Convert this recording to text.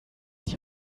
die